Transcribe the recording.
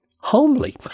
homely